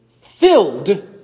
filled